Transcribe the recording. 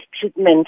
treatment